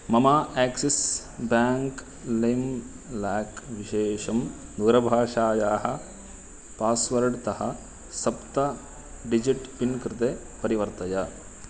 मम Axis bank लैम् lock विशेषं दूरभाषायाः पास्वर्ड् तः सप्त डिजिट् पिन् कृते परिवर्तय